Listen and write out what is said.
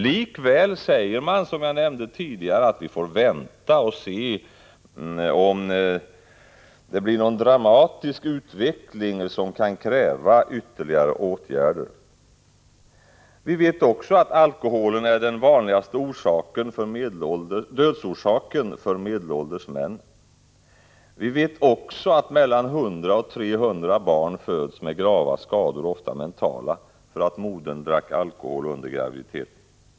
Likväl säger man, som jag nämnde tidigare, att vi får vänta och se om det blir någon dramatisk utveckling som kan kräva ytterligare åtgärder. Vi vet också att alkoholen är den vanligaste dödsorsaken för medelålders män. Vi vet också att mellan 100 och 300 barn föds med grava skador, ofta mentala, därför att modern drack alkohol under graviditeten.